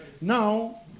Now